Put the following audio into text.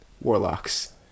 Warlocks